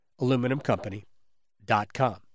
AluminumCompany.com